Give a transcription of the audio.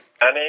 Annie